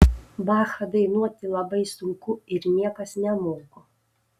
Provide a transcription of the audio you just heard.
bachą dainuoti labai sunku ir niekas nemoko